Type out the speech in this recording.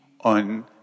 on